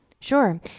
Sure